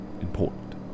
important